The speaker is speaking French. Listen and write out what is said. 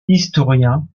historien